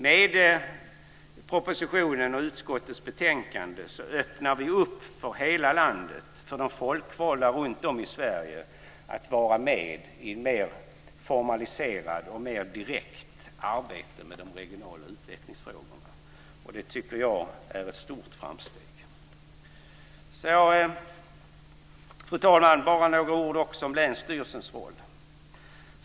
Med propositionen och utskottets betänkande öppnar vi för att hela landet - för att de folkvalda runtom i Sverige - ska kunna vara med i ett mer formaliserat och mer direkt arbete med de regionala utvecklingsfrågorna. Det tycker jag är ett stort framsteg. Fru talman! Jag vill också säga några ord om länsstyrelsens roll.